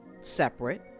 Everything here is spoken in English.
separate